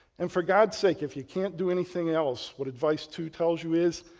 and for god sake, if you can't do anything else what advice two tells you is,